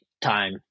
time